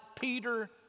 Peter